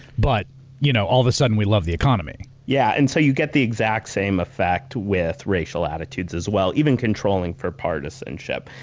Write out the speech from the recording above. but you know all of a sudden, we love the economy. yeah, and so you get the exact same effect with racial attitudes as well, even controlling for partisanship.